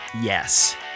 yes